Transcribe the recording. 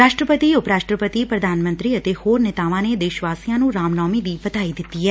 ਰਾਸ਼ਟਰਪਤੀ ਉਪ ਰਾਸ਼ਟਰਪਤੀ ਪ੍ਰਧਾਨ ਮੰਤਰੀ ਅਤੇ ਹੋਰ ਨੇਤਾਵਾਂ ਨੇ ਦੇਸ਼ ਵਾਸੀਆਂ ਨੂੰ ਰਾਮ ਨੌਮੀ ਦੀ ਵਧਾਈ ਦਿੱਤੀ ਐ